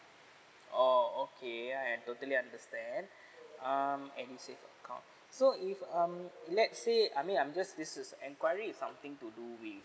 oh okay I am totally understand um edu save account so if um let's say I mean I'm just this is enquiry something to do with